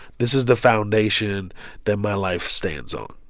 this is the foundation that my life stands on.